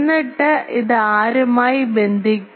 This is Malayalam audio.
എന്നിട്ട് അത് ആരുമായി ബന്ധിപ്പിക്കും